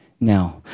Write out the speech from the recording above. now